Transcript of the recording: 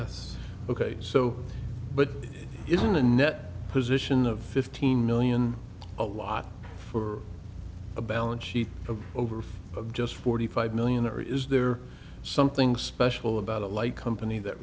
yes ok so but isn't a net position of fifteen million a lot for a balance sheet of over just forty five million or is there something special about it like company that